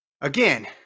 Again